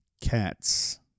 cats